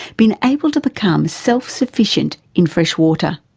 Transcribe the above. been able to become self-sufficient in fresh water?